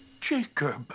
Jacob